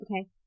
Okay